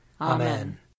Amen